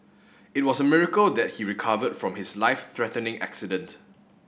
it was a miracle that he recovered from his life threatening accident